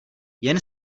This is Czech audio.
jen